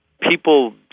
people